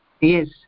Yes